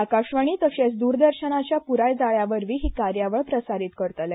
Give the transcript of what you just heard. आकाशवाणी तशेच द्रदर्शनाच्या प्राय जाळ्यावरवी ही कार्यावळ प्रसारीत करतले